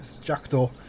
Jackdaw